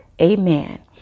Amen